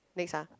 next ah